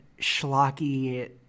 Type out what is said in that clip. schlocky